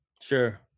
Sure